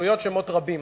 להתנחלויות שמות רבים: